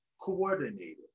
coordinated